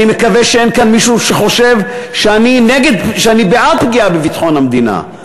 אני מקווה שאין כאן מישהו שחושב שאני בעד פגיעה בביטחון המדינה,